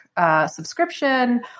Subscription